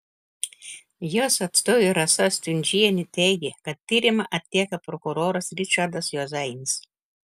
jos atstovė rasa stundžienė teigė kad tyrimą atlieka prokuroras ričardas juozainis